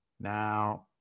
Now